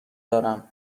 دارم